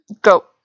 Go